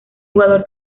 jugador